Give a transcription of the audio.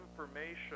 information